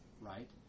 Right